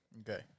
Okay